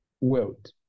world